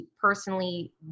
personally